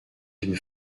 d’une